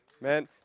Man